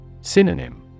Synonym